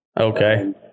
Okay